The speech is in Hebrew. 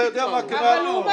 קורא?